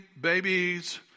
babies